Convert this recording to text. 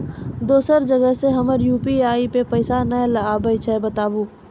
दोसर जगह से हमर यु.पी.आई पे पैसा नैय आबे या बताबू?